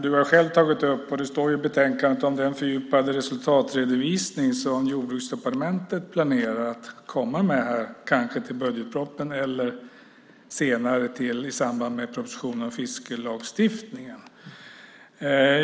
Du har själv tagit upp det, och det står i betänkandet om den fördjupade resultatredovisning som Jordbruksdepartementet planerar att komma med till budgetpropositionen eller kanske senare i samband med propositionen om fiskelagstiftningen.